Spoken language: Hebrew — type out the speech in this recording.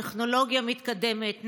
טכנולוגיה מתקדמת,